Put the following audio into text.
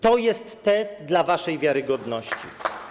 To jest test waszej wiarygodności.